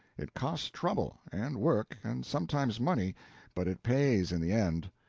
it costs trouble, and work, and sometimes money but it pays in the end.